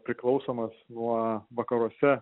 priklausomas nuo vakaruose